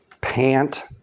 pant